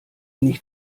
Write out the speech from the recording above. nicht